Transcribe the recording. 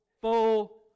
full